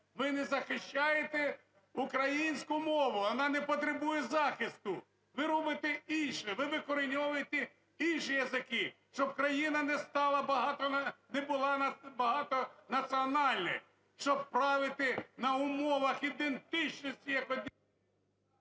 Ви не захищаєте українську мову, вона не потребує захисту. Ви робите інше, ви викорінюєте інші язики, щоб країна не стала, не була багатонаціональною, щоб правити на умовах ідентичності, як